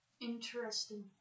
Interesting